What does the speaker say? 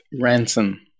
Ransom